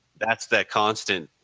that's the constant,